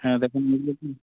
হ্যাঁ দেখুন এগুলো কি